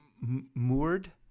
moored